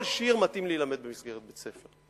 כל שיר מתאים להילמד במסגרת בית-ספר.